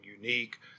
unique